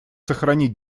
сохранить